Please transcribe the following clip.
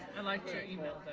i liked your email